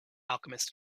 alchemist